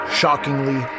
shockingly